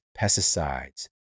pesticides